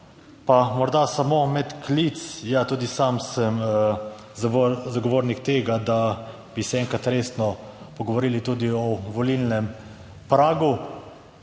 Pa morda samo medklic. Ja, tudi sam sem zagovornik tega, da bi se enkrat resno pogovorili tudi o volilnem pragu.